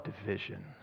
division